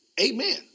Amen